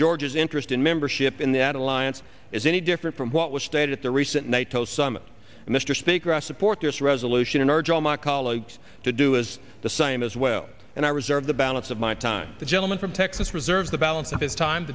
george's interest in membership in that alliance is any different from what was stated at the recent nato summit mr speaker i support this resolution and urge all my colleagues to do is the same as well and i reserve the balance of my time the gentleman from texas reserves the balance of his time